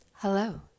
Hello